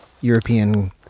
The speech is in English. European